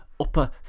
upper